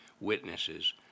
witnesses